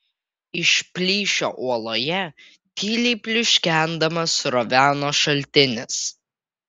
iš plyšio uoloje tyliai pliuškendamas sroveno šaltinis